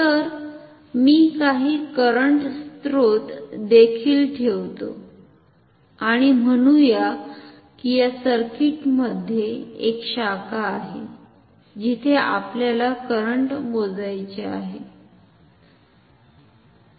तर मी काही करंट स्त्रोत देखील ठेवतो आणि म्हणुया की या सर्किटमध्ये एक शाखा आहे जिथे आपल्याला करंट मोजायचे आहे